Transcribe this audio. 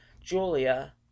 Julia